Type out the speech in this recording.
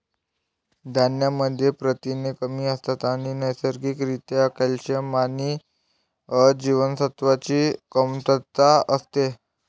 धान्यांमध्ये प्रथिने कमी असतात आणि नैसर्गिक रित्या कॅल्शियम आणि अ जीवनसत्वाची कमतरता असते